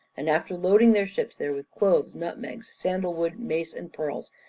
and after loading their ships there with cloves, nutmegs, sandal-wood, mace, and pearls,